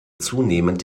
zunehmend